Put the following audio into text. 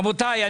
רבותיי,